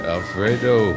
Alfredo